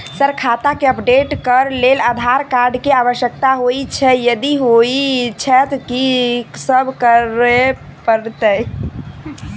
Sir खाता केँ update करऽ लेल आधार कार्ड केँ आवश्यकता होइ छैय यदि होइ छैथ की सब करैपरतैय?